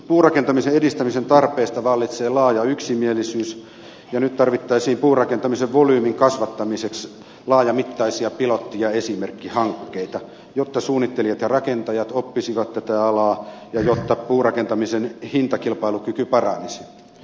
puurakentamisen edistämisen tarpeista vallitsee laaja yksimielisyys ja nyt tarvittaisiin puurakentamisen volyymin kasvattamiseksi laajamittaisia pilotti ja esimerkkihankkeita jotta suunnittelijat ja rakentajat oppisivat tätä alaa ja jotta puurakentamisen hintakilpailukyky paranisi